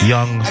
Young